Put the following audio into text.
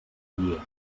guien